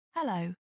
Hello